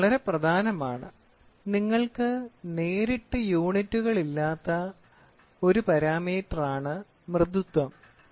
ഇത് വളരെ പ്രധാനമാണ് കാരണം നിങ്ങൾക്ക് നേരിട്ട് യൂണിറ്റുകളില്ലാത്ത ഒരു പാരാമീറ്ററാണ് മൃദുത്വം